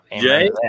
Jay